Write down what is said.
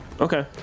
Okay